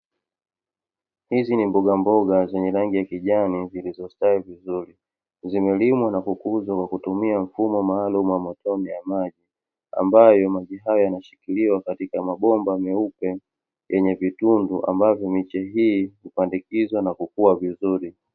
Hizi ni mbogamboga zenye rangi ya kijani zilizostawi vizuri, zimelimwa na kukuzwa kwa kutumia mfumo maalumu wa matone ya maji, ambayo maji hayo yanashikiliwa katika mabomba meupe yenye vitundu ambavyo miche hii hupandikizwa na kukua vizuri.